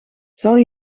zal